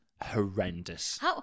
horrendous